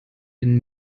den